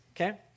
okay